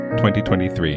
2023